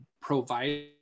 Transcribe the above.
provide